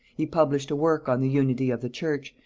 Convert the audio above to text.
he published a work on the unity of the church,